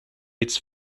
its